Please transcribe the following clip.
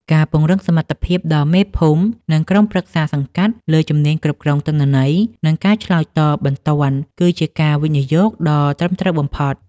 ការពង្រឹងសមត្ថភាពដល់មេភូមិ និងក្រុមប្រឹក្សាសង្កាត់ លើជំនាញគ្រប់គ្រងទិន្នន័យ និងការឆ្លើយតបបន្ទាន់ គឺជាការវិនិយោគដ៏ត្រឹមត្រូវបំផុត។